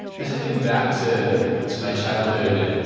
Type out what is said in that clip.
as i think back to to my childhood,